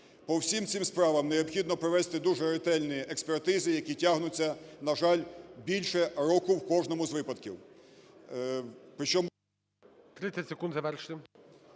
По всім цим справам необхідно провести дуже ретельні експертизи, які тягнуться, на жаль, більше року в кожному з випадків,